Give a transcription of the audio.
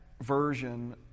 version